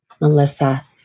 melissa